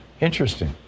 Interesting